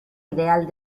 ideal